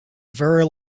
very